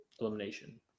elimination